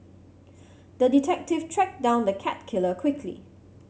the detective tracked down the cat killer quickly